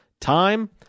Time